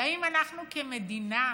והאם אנחנו, כמדינה,